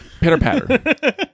Pitter-patter